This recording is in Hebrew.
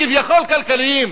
כביכול כלכליים.